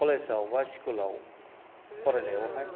कलेजाव बा स्कुलाव फरायनायावहाय